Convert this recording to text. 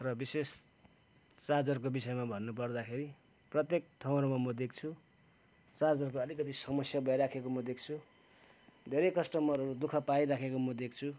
र विशेष चार्जरको विषयमा भन्नुपर्दाखेरि प्रत्येक ठाउँहरूमा म देख्छु चार्जरको अलिकति समस्या भइराखेको म देख्छु धेरै कस्टमरहरू दु ख पाइरहेको म देख्छु